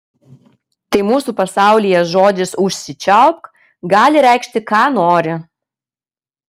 tai mūsų pasaulyje žodis užsičiaupk gali reikšti ką nori